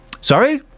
sorry